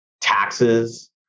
taxes